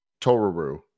Toruru